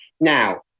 Now